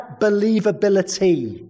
believability